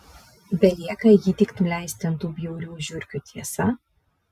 belieka jį tik nuleisti ant tų bjaurių žiurkių tiesa